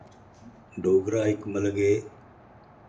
डोगरा इक मतलब के